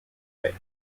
bay